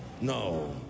no